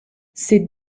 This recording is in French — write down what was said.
ses